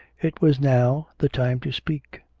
it was now the time to speak.